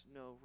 no